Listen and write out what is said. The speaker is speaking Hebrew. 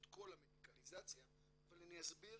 את כל המדיקליזציה אבל אני אסביר